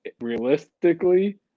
realistically